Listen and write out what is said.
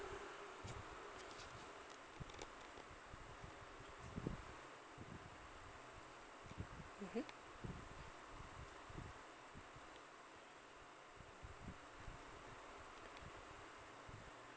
mmhmm